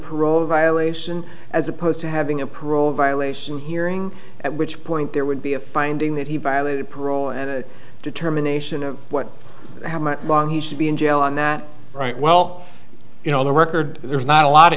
parole violation as opposed to having a parole violation hearing at which point there would be a finding that he violated parole and the determination of what long he should be in jail on that right well you know the record there's not a lot